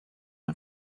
und